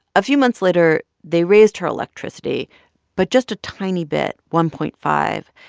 a few months later, they raised her electricity but just a tiny bit one point five.